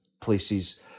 places